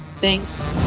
Thanks